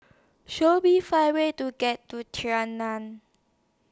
Show Me five ways to get to